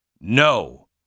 no